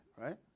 Right